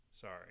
Sorry